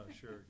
sure